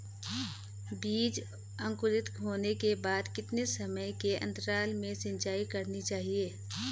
बीज अंकुरित होने के बाद कितने समय के अंतराल में सिंचाई करनी चाहिए?